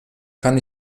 kann